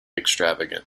extravagant